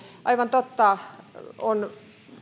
aivan totta